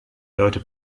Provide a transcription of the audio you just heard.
leute